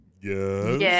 yes